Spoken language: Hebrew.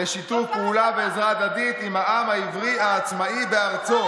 " לשיתוף פעולה ועזרה הדדית עם העם העברי העצמאי בארצו".